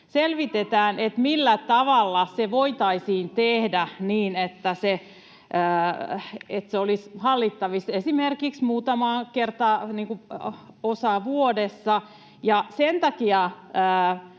Selvitetään, millä tavalla se voitaisiin tehdä niin, että se olisi hallittavissa, esimerkiksi muutamaan osaan vuodessa. Ja